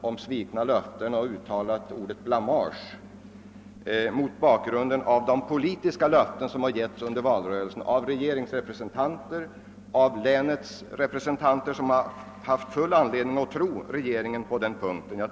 Jag har däremot använt ordet blamage mot bakgrund av de politiska löften som givits under valrörelsen av regeringsrepresentanter och länsrepresentanter. Det har faktiskt varit anledning att tro regeringen på den punkten.